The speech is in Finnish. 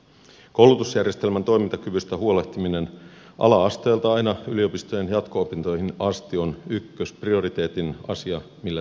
koulutusjärjestelmän toimintakyvystä huolehtiminen ala asteelta aina yliopistojen jatko opintoihin asti on ykkösprioriteetin asia mille tahansa hallitukselle